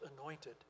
anointed